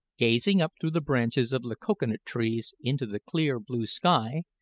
gazing up through the branches of the cocoa-nut trees into the clear blue sky,